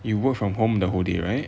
you work from home the whole day right